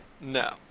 No